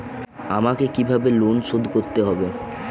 আমাকে কিভাবে লোন শোধ করতে হবে?